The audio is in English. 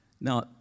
Now